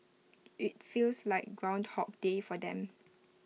IT feels like groundhog day for them